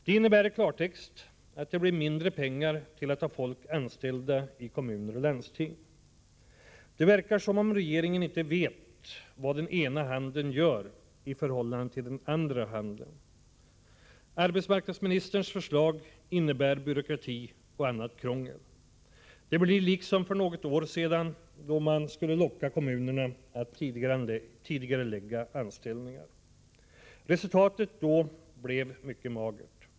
Det innebär i klartext att det blir mindre pengar till att ha folk anställda i kommuner och landsting. Det verkar som om regeringen inte vet vad den ena handen gör i förhållande till den andra handen. Arbetsmarknadsministerns förslag innebär byråkrati och annat krångel. Det blir liksom för något år sedan då man skulle locka kommunerna att tidigarelägga anställningar. Resultatet då blev mycket magert.